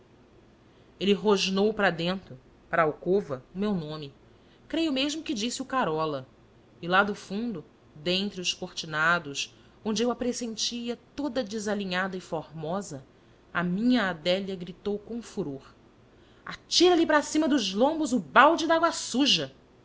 ele rosnou para dentro para a alcova o meu nome creio mesmo que disse o carola e lá do fundo dentre os cortinados onde eu a pressentia toda desalinhada e formosa a minha adélia gritou com furor atira lhe para cima dos lombos o balde da água suja